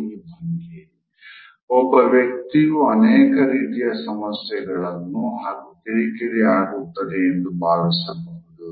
ಈ ಭಂಗಿ ಒಬ್ಬ ವ್ಯಕ್ತಿಯು ಅನೇಕ ರೀತಿಯ ಸಮಸ್ಯೆಗಳು ಹಾಗು ಕಿರಿಕಿರಿ ಆಗುತ್ತಿದೆ ಎಂದು ಭಾವಿಸಬಹುದು